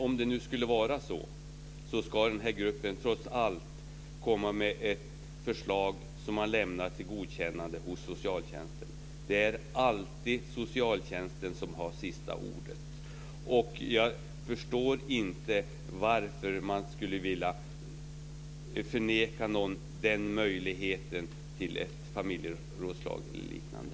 Om det nu skulle vara så ska gruppen trots allt komma med ett förslag som man lämnar för godkännande hos socialtjänsten. Det är alltid socialtjänsten som har sista ordet. Jag förstår inte varför man skulle vilja neka någon en möjlighet till ett familjerådslag eller liknade.